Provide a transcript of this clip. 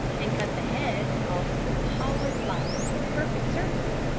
and cut the heads of the taller flowers with perfect certainty!